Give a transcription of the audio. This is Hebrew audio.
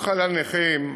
חוק חניה לנכים,